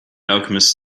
alchemist